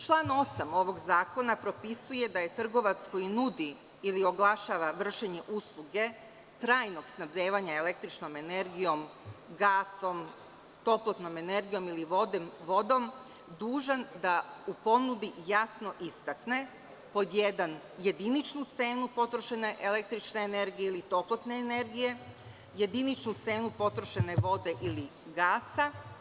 Član 8. ovog zakona propisuje da je trgovac koji nudi ili oglašava vršenje usluge trajnog snabdevanja električnom energijom, gasom, toplotnom energijom ili vodom dužan da u ponudi jasno istakne pod jedan, jediničnu cenu potrošene električne energije ili toplotne energije, jediničnu cenu potrošene vode ili gasa.